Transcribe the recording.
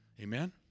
Amen